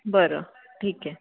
बरं ठीक आहे